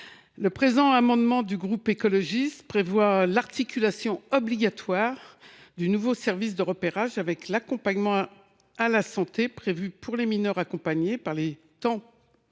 Cet amendement du groupe écologiste a pour objet l’articulation obligatoire du nouveau service de repérage avec l’accompagnement à la santé prévu pour les mineurs suivis par les